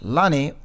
Lani